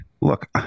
look